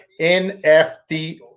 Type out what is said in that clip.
NFT